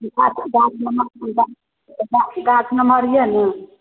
गाछ नम्हर यऽ ने